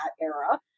era